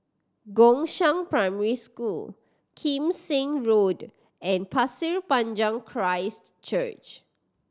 Gongshang Primary School Kim Seng Road and Pasir Panjang Christ Church